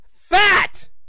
fat